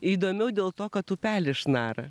įdomiau dėl to kad upelis šnara